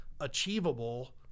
Achievable